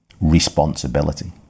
responsibility